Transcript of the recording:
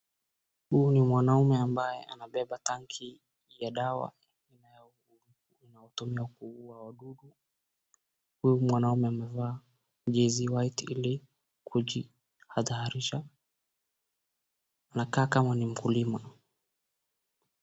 Huyu ni mwanaume ambaye anabeba tanki ya dawa inayotumiwa kuua wadudu. Huyu mwanaume amevaa jezi white ili kujitahadharisha, anakaa kama ni mkulima.